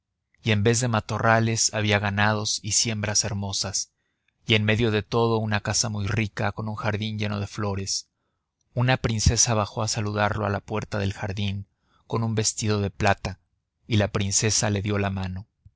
y en vez de matorrales había ganados y siembras hermosas y en medio de todo una casa muy rica con un jardín lleno de flores una princesa bajó a saludarlo a la puerta del jardín con un vestido de plata y la princesa le dio la mano